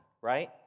right